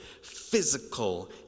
physical